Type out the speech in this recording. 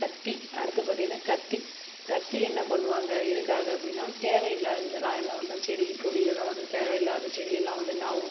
கத்தி அடுத்து பார்த்தீங்கனா கத்தி கத்தி என்ன பண்ணுவாங்க எதுக்காக அப்படின்னா தேவையில்லாததுலாம் எல்லாம் வந்து செடி கொடிகள்லாம் வந்து தேவையில்லாத செடிகள்லாம் வந்து என்ன ஆகும்